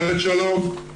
אומרת: שלום,